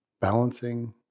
balancing